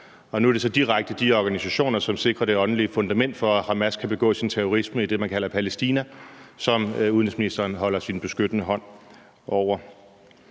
nu er det så direkte de organisationer, som sikrer det åndelige fundament for, at Hamas kan begå sin terrorisme i det, man kalder Palæstina, som udenrigsministeren holder sin beskyttende hånd over.